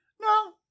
No